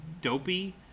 dopey